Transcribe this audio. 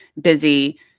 busy